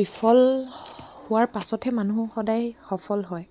বিফল হোৱাৰ পাছতহে মানুহ সদায় সফল হয়